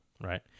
right